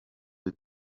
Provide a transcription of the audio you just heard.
des